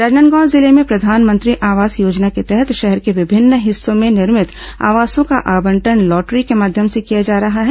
राजनांदगांव जिले में प्रधानमंत्री आवास योजना के तहत शहर के विभिन्न हिस्सों में निर्भित आवासों का आवंटन लॉटरी के माध्यम से किया जा रहा है